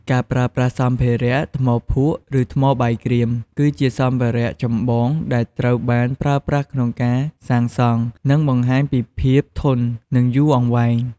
ការប្រើប្រាស់សម្ភារៈ ថ្មភក់ និងថ្មបាយក្រៀម គឺជាសម្ភារៈចម្បងដែលត្រូវបានប្រើប្រាស់ក្នុងការសាងសង់ ដោយបង្ហាញពីភាពធន់ និងយូរអង្វែង។